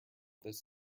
this